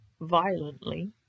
violently